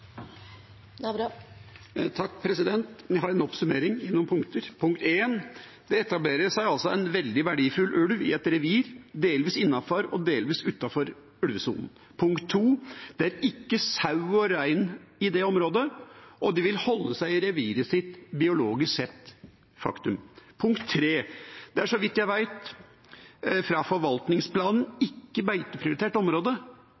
noen punkter til en oppsummering: Det etablerer seg en veldig verdifull ulv i et revir delvis innenfor og delvis utenfor ulvesonen. Det er ikke sau og rein i det området, og de vil holde seg i reviret sitt biologisk sett – faktum. Det er, så vidt jeg vet, fra forvaltningsplanen ikke beiteprioritert område.